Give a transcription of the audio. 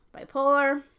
bipolar